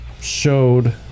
showed